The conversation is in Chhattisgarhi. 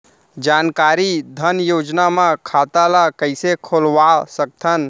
जानकारी धन योजना म खाता ल कइसे खोलवा सकथन?